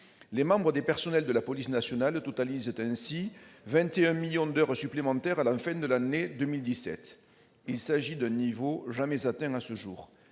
Les membres des personnels de la police nationale totalisent ainsi 21 millions d'heures supplémentaires à la fin de l'année 2017, soit un niveau jamais atteint à ce jour.